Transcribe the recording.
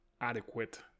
adequate